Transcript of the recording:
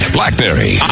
BlackBerry